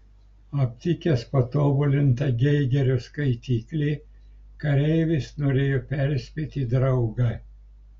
aptikęs patobulintą geigerio skaitiklį kareivis norėjo perspėti draugą